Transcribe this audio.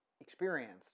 experienced